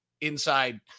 inside